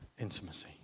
intimacy